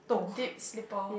deep sleeper